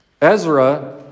Ezra